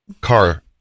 car